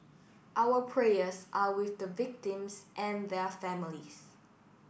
our prayers are with the victims and their families